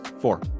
four